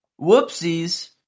Whoopsies